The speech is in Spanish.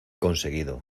conseguido